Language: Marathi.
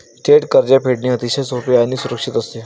थेट कर्ज फेडणे अतिशय सोपे आणि सुरक्षित असते